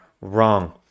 wrong